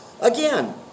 Again